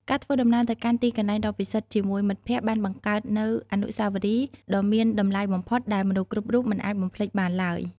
ការធ្វើដំណើរទៅកាន់ទីកន្លែងដ៏ពិសិដ្ឋជាមួយមិត្តភក្តិបានបង្កើតនូវអនុស្សាវរីយ៍ដ៏មានតម្លៃបំផុតដែលមនុស្សគ្រប់រូបមិនអាចបំភ្លេចបានឡើយ។